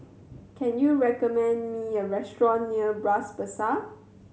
can you recommend me a restaurant near Bras Basah